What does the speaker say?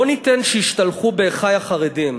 לא ניתן שישתלחו באחי החרדים,